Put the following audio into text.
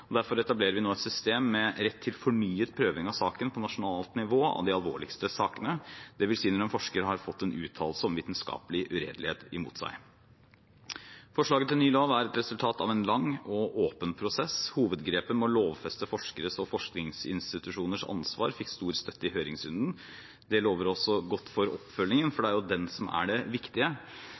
Derfor etablerer vi nå et system med rett til fornyet prøving på nasjonalt nivå av de alvorligste sakene, dvs. når en forsker har fått en uttalelse om vitenskapelig uredelighet imot seg. Forslaget til ny lov er et resultat av en lang og åpen prosess. Hovedgrepet med å lovfeste forskeres og forskningsinstitusjoners ansvar fikk stor støtte i høringsrunden. Det lover også godt for oppfølgingen, for det er den som er det viktige.